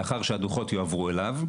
לאחר שהדוחות יועברו אליו,